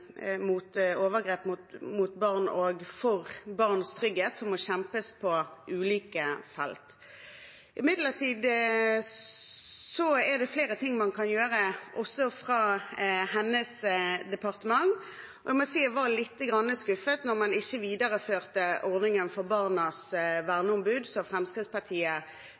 mot overgrep mot barn og for barns trygghet som må kjempes på ulike felt. Imidlertid er det flere ting man kan gjøre også fra hennes departement, og jeg må si jeg var litt skuffet da man ikke videreførte ordningen med barnas verneombud, som Fremskrittspartiet